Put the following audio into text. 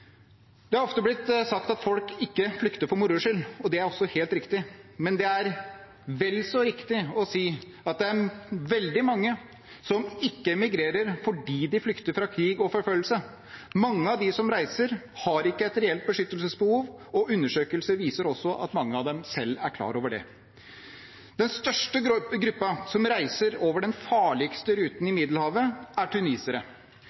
Det er ofte blitt sagt at folk ikke flykter for moro skyld, og det er også helt riktig, men det er vel så riktig å si at det er veldig mange som ikke migrerer fordi de flykter fra krig og forfølgelse. Mange av dem som reiser, har ikke et reelt beskyttelsesbehov, og undersøkelser viser også at mange av dem selv er klar over det. Den største gruppen som reiser over den farligste ruten i